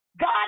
God